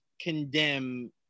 condemn